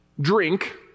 drink